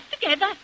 together